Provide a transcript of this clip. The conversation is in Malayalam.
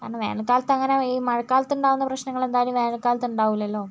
കാരണം വേനൽകാലത്ത് അങ്ങനെ ഈ മഴക്കാലത്ത് ഉണ്ടാകുന്ന പ്രശ്നങ്ങൾ എന്തായാലും വേനൽ കാലത്ത് ഉണ്ടാവുകയില്ലല്ലൊ